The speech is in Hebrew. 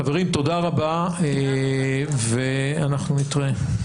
חברים, תודה רבה ואנחנו נתראה.